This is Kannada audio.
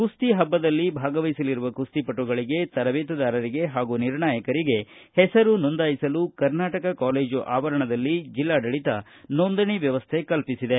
ಕುಸ್ತಿ ಹಬ್ಬದಲ್ಲಿ ಭಾಗವಹಿಸಲಿರುವ ಕುಸ್ತಿಪಟುಗಳಿಗೆ ತರಬೇತಿದಾರರಿಗೆ ಹಾಗೂ ನಿರ್ಣಾಯಕರಿಗೆ ಹೆಸರು ನೋಂದಾಯಿಸಲು ಕರ್ನಾಟಕ ಕಾಲೇಜು ಆವರಣದಲ್ಲಿ ಜಿಲ್ಲಾಡಳಿತ ನೋಂದಣಿ ವ್ಯವಸ್ಥೆ ಕಲ್ಪಿಸಿದೆ